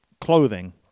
clothing